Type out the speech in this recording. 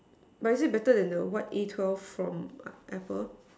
but is it better than the what a twelve from uh apple